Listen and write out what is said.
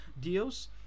Deals